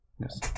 Yes